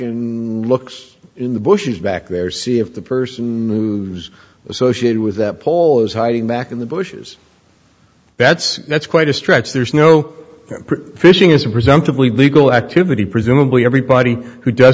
back looks in the bushes back there see if the person who's associated with that pole is hiding back in the bushes that's that's quite a stretch there's no fishing isn't presumptively legal activity presumably everybody who does